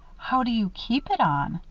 how do you keep it on?